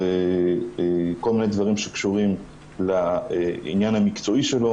זה כל מיני דברים שקשורים לעניין המקצועי שלו